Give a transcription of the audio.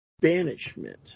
Banishment